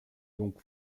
donc